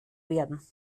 werden